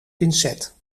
pincet